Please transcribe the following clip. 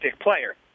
player